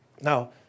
Now